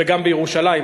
וגם בירושלים,